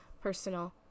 personal